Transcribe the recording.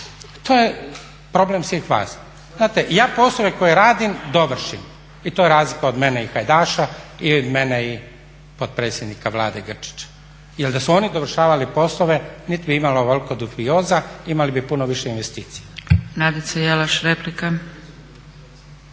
To je problem svih vas. Znate, ja poslove koje radim dovršim. I to je razlika od mene i Hajdaša i od mene i potpredsjednika Vlade Grčića. Jer da su oni dovršavali poslove niti bi imali ovoliko dubioza, imali bi puno više investicija. **Zgrebec, Dragica